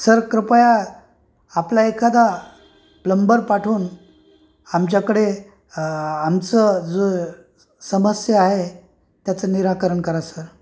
sir कृपया आपला एखादा प्लमबर पाठवून आमच्याकडे आमचं जो समस्या आहे त्याचं निराकरण करा सर